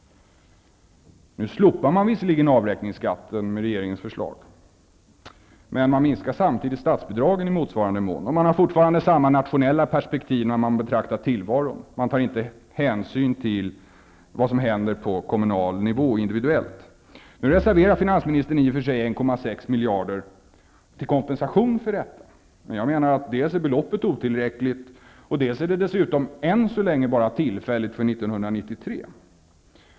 Nu slopar man visserligen avräkningsskatten med regeringens förslag. Men man minskar samtidigt statsbidragen i motsvarande mån. Man har fortfarande samma nationella perspektiv när man betraktar tillvaron. Där tas inte hänsyn till vad som händer på kommunal nivå, individuellt. miljarder till kompensation för detta, men beloppet är otillräckligt och dessutom är det än så länge bara tillfälligt för 1993.